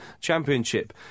Championship